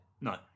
no